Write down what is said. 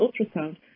ultrasound